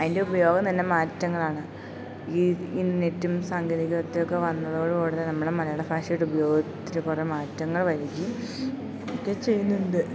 അതിൻ്റെ ഉപയോഗം തന്നെ മാറ്റങ്ങളാണ് ഈ ഈ നെറ്റും സാങ്കേതിക ഇതുവൊക്കെ വന്നതോടു കൂടെ നമ്മുടെ മലയാള ഭാഷയുടെ ഉപയോഗത്തില് കുറെ മാറ്റങ്ങൾ വരികയും ഒക്കെ ചെയ്യുന്നുണ്ട്